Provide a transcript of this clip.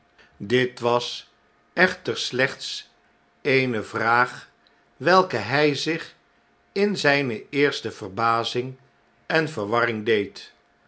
dit was echter slechts eene vraag welke hy zich in zyne eerste verbazing en verwarring deed